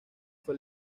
fue